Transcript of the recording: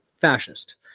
fascist